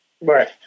right